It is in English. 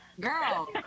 Girl